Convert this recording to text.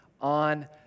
on